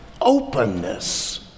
openness